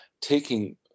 taking